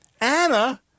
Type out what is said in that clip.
Anna